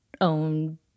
own